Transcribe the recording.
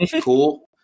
cool